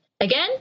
again